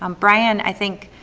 um brian i think,